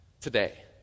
today